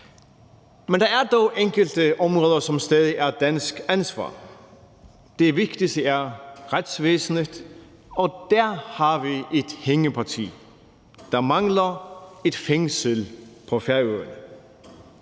men der er dog enkelte områder, som stadig er dansk ansvar. Det vigtigste er retsvæsenet, og der har vi et hængeparti. Der mangler et fængsel på Færøerne.